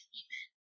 amen